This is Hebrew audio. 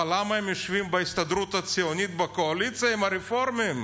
אבל למה הם יושבים בהסתדרות הציונית בקואליציה עם הרפורמים?